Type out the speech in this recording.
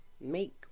make